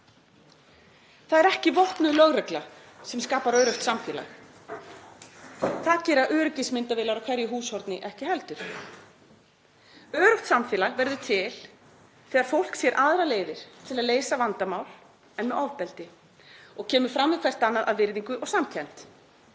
Það er ekki vopnuð lögregla sem skapar öruggt samfélag. Það gera öryggismyndavélar á hverju húshorni ekki heldur. Öruggt samfélag verður til þegar fólk sér aðrar leiðir til að leysa vandamál en með ofbeldi og kemur fram við hvert annað af virðingu og samkennd.